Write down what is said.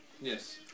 Yes